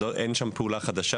אין שם פעולה חדשה,